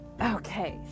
okay